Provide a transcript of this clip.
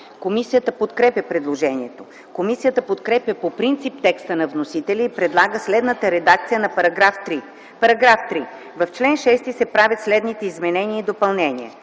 Комисията подкрепя предложението. Комисията подкрепя по принцип текста на вносителя и предлага следната редакция на § 3: „§ 3. В чл. 6 се правят следните изменения и допълнения: